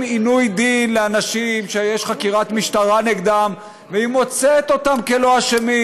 עינוי דין לאנשים שיש חקירת משטרה נגדם והיא מוצאת אותם כלא אשמים,